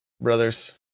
Brothers